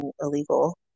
illegal